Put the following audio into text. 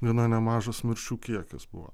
gana nemažas mirčių kiekis buvo